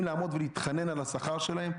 צריכים לעמוד ולהתחנן על השכר שלהם?